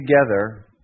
together